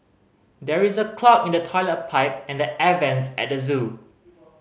there is a clog in the toilet pipe and the air vents at the zoo